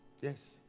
Yes